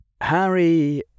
Harry